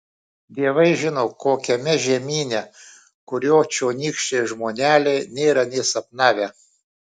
dievai žino kokiame žemyne kurio čionykščiai žmoneliai nėra nė sapnavę